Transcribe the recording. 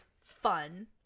fun